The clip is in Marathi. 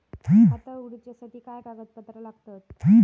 खाता उगडूच्यासाठी काय कागदपत्रा लागतत?